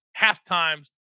halftimes